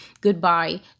goodbye